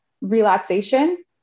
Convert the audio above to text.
relaxation